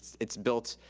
it's built,